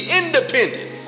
independent